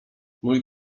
mój